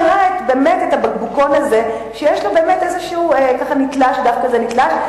את לא מכירה את הבקבוקון הזה שיש לו דף כזה נתלש,